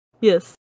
yes